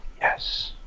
yes